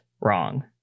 wrong